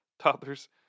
toddlers